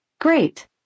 Great